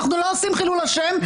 אנחנו לא עושים חילול השם,